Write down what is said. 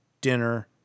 dinner